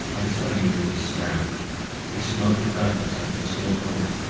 i tell you in this stound he smote the douglas at the sword's length,